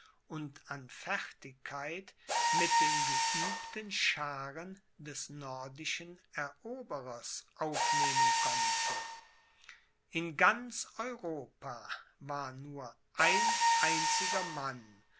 und an fertigkeit mit den geübten schaaren des nordischen eroberers aufnehmen konnte in ganz europa war nur ein einziger mann